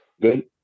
good